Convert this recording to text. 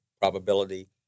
probability